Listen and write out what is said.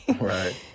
Right